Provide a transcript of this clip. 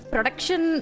Production